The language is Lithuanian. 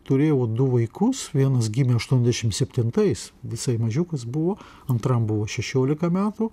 turėjau du vaikus vienas gimė aštuoniasdešimt septintais visai mažiukas buvo antram buvo šešiolika metų